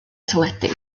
teledu